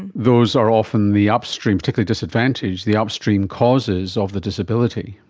those are often the upstream, particularly disadvantage, the upstream causes of the disability.